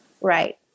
Right